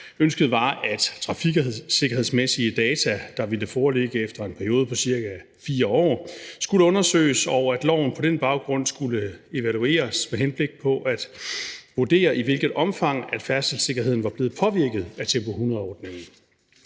Ønsket var, at trafiksikkerhedsmæssige data, der ville foreligge efter en periode på ca. 4 år, skulle undersøges, og at loven på den baggrund skulle evalueres med henblik på at vurdere, i hvilket omfang færdselssikkerheden var blevet påvirket af Tempo 100-ordningen.